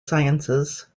sciences